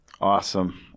Awesome